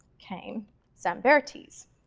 came zambertti's.